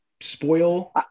spoil